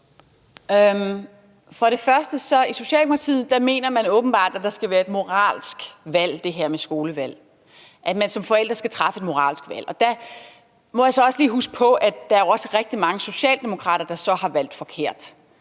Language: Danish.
(Merete Riisager): I Socialdemokratiet mener man åbenbart, at det her med skolevalg skal være et moralsk valg, at man som forælder skal træffe et moralsk valg, og der må jeg så lige minde om, at der så er rigtig mange socialdemokrater, der har valgt forkert,